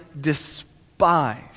despised